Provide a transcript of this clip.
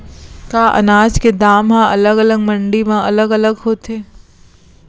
का अनाज के दाम हा अलग अलग मंडी म अलग अलग होथे?